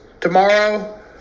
tomorrow